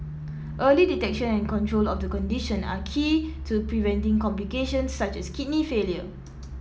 early detection and control of the condition are key to preventing complications such as kidney failure